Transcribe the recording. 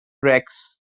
racks